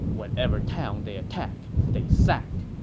whatever town they attack, they sack.